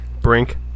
Brink